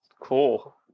cool